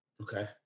Okay